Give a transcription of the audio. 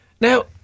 Now